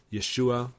Yeshua